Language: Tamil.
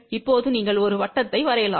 இப்போது நீங்கள் ஒரு வட்டத்தை வரையலாம்